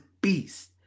beast